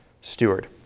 steward